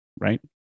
right